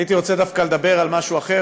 הייתי רוצה לדבר דווקא על משהו אחר,